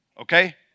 Okay